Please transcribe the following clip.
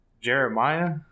Jeremiah